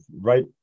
right